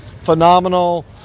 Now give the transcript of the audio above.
phenomenal